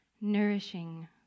nourishing